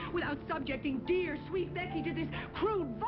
without subjecting dear, sweet becky to this crude,